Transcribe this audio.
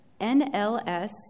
NLS